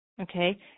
Okay